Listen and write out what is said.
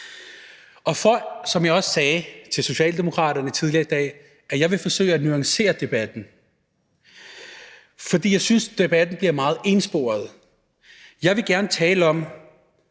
om her. Som jeg også sagde til Socialdemokraterne tidligere i dag, vil jeg forsøge at nuancere debatten, fordi jeg synes, debatten bliver meget ensporet. Jeg vil gerne tale om